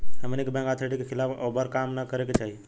हमनी के bank authority के खिलाफ या ओभर काम न करे के चाही